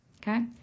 Okay